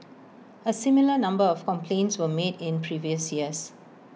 A similar number of complaints were made in previous years